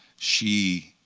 she